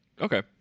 Okay